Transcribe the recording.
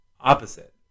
Opposite